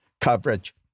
coverage